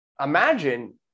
imagine